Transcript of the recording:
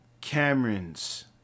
Cameron's